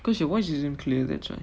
'because you voice isn't clear that's why